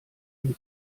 ihm